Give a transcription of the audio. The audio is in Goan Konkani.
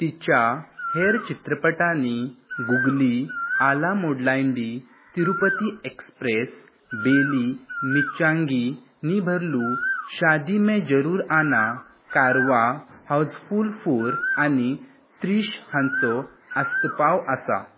तिच्या हेर चित्रपटांनी गुगली आला मोडलाईंडी तिरुपती ऍक्सप्रॅस बेली मिंचांगी नी बरलू शादी में जरूर आना कारवां हावजफूल फोर आनी त्रिश हांचो आस्पाव आसा